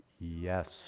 Yes